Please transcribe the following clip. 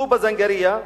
טובא-זנגרייה,